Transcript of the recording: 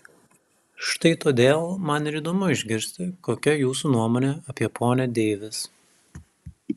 štai todėl man ir įdomu išgirsti kokia jūsų nuomonė apie ponią deivis